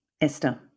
Esther